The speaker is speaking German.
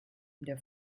der